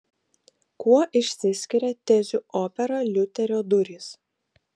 kuo išsiskiria tezių opera liuterio durys